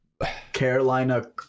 carolina